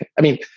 and i mean,